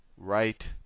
right